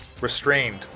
restrained